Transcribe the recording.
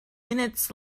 minutes